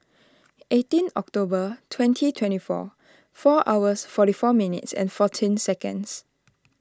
eighteen October twenty twenty four four hours forty four minutes and fourteen seconds